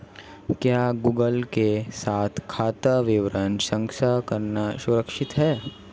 क्या गूगल के साथ खाता विवरण साझा करना सुरक्षित है?